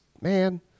man